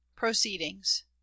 Proceedings